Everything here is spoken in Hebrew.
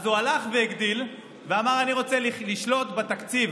אז הוא הלך והגדיל ואמר: אני רוצה לשלוט בתקציב,